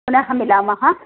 पुनः मिलामः